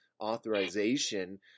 authorization